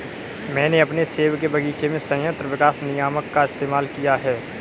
मैंने अपने सेब के बगीचे में संयंत्र विकास नियामक का इस्तेमाल किया है